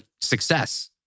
success